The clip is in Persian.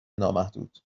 نامحدود